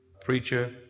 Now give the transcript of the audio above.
preacher